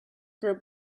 group